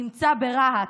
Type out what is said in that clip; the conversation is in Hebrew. נמצא ברהט,